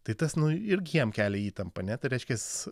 tai tas nu irgi jam kelia įtampą ne tai reiškias